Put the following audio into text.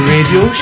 Radio